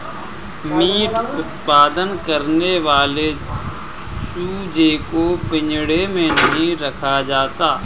meet उत्पादन करने वाले चूजे को पिंजड़े में नहीं रखा जाता